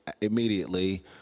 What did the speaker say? immediately